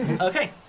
Okay